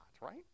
right